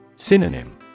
Synonym